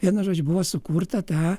vienu žodžiu buvo sukurta ta